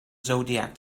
zodiac